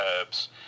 herbs